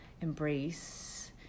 embrace